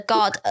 God